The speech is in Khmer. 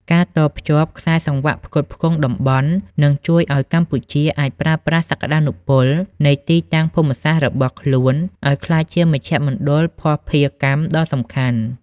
ការតភ្ជាប់ខ្សែសង្វាក់ផ្គត់ផ្គង់តំបន់ នឹងជួយឱ្យកម្ពុជាអាចប្រើប្រាស់សក្ដានុពលនៃទីតាំងភូមិសាស្ត្ររបស់ខ្លួនឱ្យក្លាយជាមជ្ឈមណ្ឌលភស្តុភារកម្មដ៏សំខាន់។